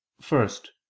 first